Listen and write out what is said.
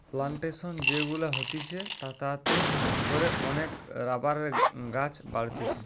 plantation যে গুলা হতিছে তাতে করে অনেক রাবারের গাছ বাড়তিছে